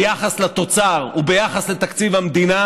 ביחס לתוצר וביחס לתקציב המדינה,